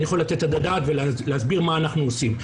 אני יכול לתת את הדעת ולהסביר מה אנחנו עושים.